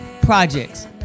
projects